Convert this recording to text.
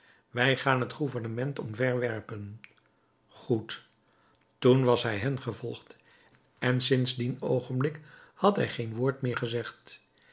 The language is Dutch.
wij gaan het gouvernement omverwerpen goed toen was hij hen gevolgd en sinds dien oogenblik had hij geen woord meer gezegd